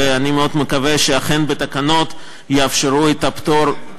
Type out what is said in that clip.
ואני מאוד מקווה שאכן בתקנות יאפשרו את הפטור.